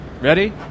Ready